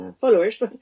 followers